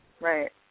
right